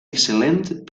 excel·lent